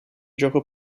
gioco